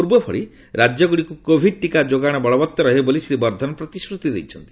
ପୂର୍ବଭଳି ରାଜ୍ୟଗୁଡ଼ିକୁ କୋଭିଡ୍ ଟିକା ଯୋଗାଣ ବଳବତ୍ତର ରହିବ ବୋଲି ଶ୍ରୀ ବର୍ଦ୍ଧନ ପ୍ରତିଶ୍ରତି ଦେଇଛନ୍ତି